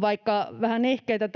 vaikka tähän oltiin vähän nihkeitä,